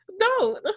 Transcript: no